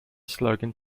slogan